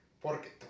Porque